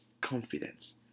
confidence